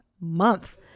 month